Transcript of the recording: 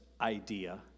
idea